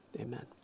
amen